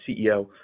CEO